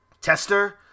tester